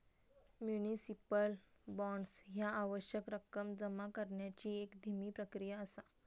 municipal bonds ह्या आवश्यक रक्कम जमा करण्याची एक धीमी प्रक्रिया असा